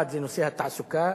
אחד זה נושא התעסוקה,